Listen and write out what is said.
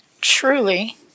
truly